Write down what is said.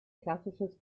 klassisches